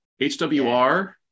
HWR